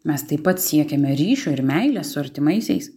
mes taip pat siekiame ryšio ir meilės su artimaisiais